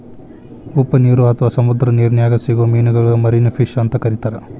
ಉಪ್ಪನೇರು ಅತ್ವಾ ಸಮುದ್ರದ ನಿರ್ನ್ಯಾಗ್ ಸಿಗೋ ಮೇನಗಳಿಗೆ ಮರಿನ್ ಫಿಶ್ ಅಂತ ಕರೇತಾರ